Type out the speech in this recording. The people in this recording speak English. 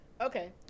okay